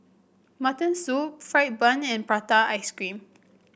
Mutton Soup fried bun and Prata Ice Cream